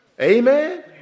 Amen